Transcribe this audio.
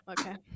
okay